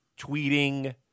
tweeting